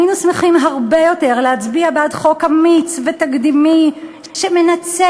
היינו שמחים הרבה יותר להצביע בעד חוק אמיץ ותקדימי שמנצל